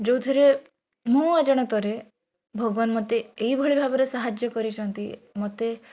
ଯୋଉଥିରେ ମୋ ଅଜାଣତରେ ଭଗବାନ ମୋତେ ଏଇଭଳି ଭାବରେ ସାହାଯ୍ୟ କରିଛନ୍ତି ମୋତେ